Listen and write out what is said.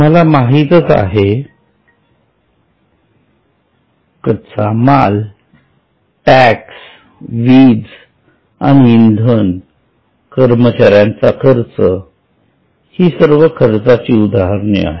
तुम्हाला माहीतच आहे कच्चा माल टॅक्स वीज आणि इंधन कर्मचाऱ्यांचा खर्च हि सर्व खर्चाची उदाहरणे आहेत